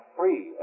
free